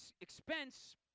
expense